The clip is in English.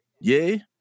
yay